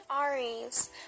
Aries